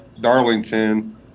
Darlington